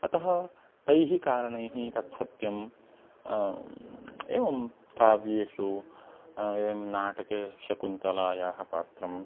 अतः तैः कारणैः तत् सत्यम् एवं काव्येषु इदानीं नाटके शकुन्तलायाः पात्रम्